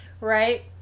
right